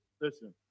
listen